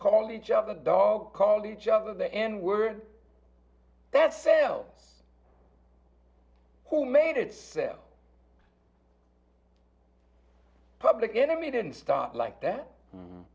call each other dog call each other the n word that fail who made itself public enemy didn't stop like that